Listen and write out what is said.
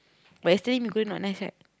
but yesterday going not nice right